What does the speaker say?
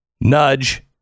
Nudge